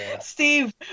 Steve